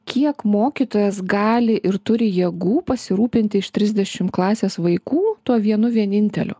kiek mokytojas gali ir turi jėgų pasirūpinti iš trisdešim klasės vaikų tuo vienu vieninteliu